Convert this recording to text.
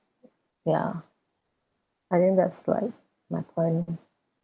ya I think that's like my point